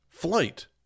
Flight